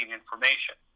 information